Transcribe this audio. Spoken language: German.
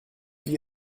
wir